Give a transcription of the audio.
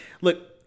look